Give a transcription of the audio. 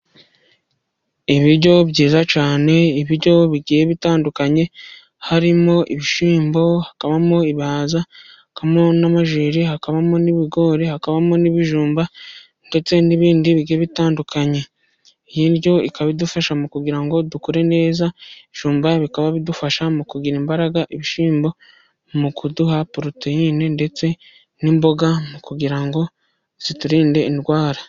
Ibiryo byiza cyane ibiryo bigiye bitandukanye, harimo ibishyimbo, hakabamo ibihaza, hkabamo n'amajeri, hakabamo n'ibigori, hakabamo n'ibijumba ndetse n'ibindi biryo bitandukanye. Iyi ndyo ikaba idufasha mu kugira ngo dukore neza, ibijumba bikaba bidufasha mu kugira imbaraga, ibishyimbo mu kuduha poroteyine, ndetse n'imboga kugira ngo ziturinde indwara.